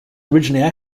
originally